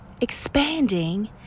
expanding